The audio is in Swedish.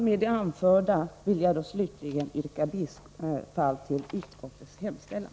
Med det anförda vill jag slutligen yrka bifall till utskottets hemställan.